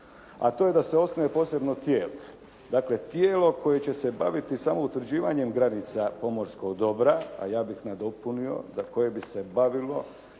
a to je da se osnuje posebno tijelo, dakle tijelo koje će se baviti samo utvrđivanjem granica pomorskog dobra, a ja bih nadopunio za koje bi se bavilo,